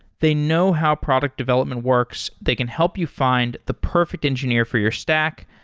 they know how product development works. they can help you find the perfect engineer for your stack,